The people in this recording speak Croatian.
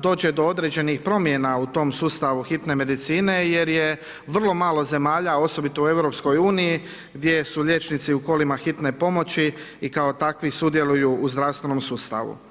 dođe do određenih promjena u tom sustavu hitne medicine jer je vrlo malo zemalja, osobito u Europskoj uniji gdje su liječnici u kolima hitne pomoći i kao takvi sudjeluju u zdravstvenom sustavu.